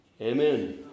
Amen